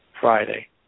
Friday